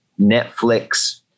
Netflix